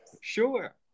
Sure